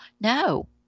No